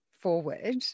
forward